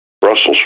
Brussels